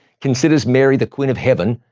considers mary the queen of heaven,